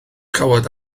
cawod